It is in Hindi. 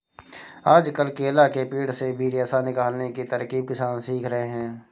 आजकल केला के पेड़ से भी रेशा निकालने की तरकीब किसान सीख रहे हैं